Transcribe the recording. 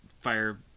fire